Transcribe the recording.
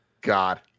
God